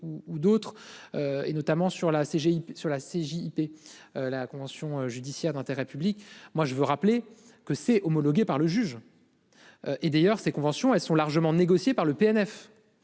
ou d'autres. Et notamment sur la CGIP sur la CGIP. La convention judiciaire d'intérêt public. Moi je veux rappeler que c'est homologué par le juge. Et d'ailleurs ces conventions, elles sont largement négocié par le PNF